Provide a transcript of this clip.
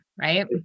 right